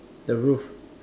the roof